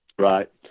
Right